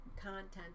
content